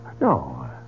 No